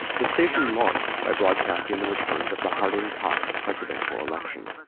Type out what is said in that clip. the station launched by broadcasting the returns of the harding-cox presidential election.